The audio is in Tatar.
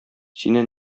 сине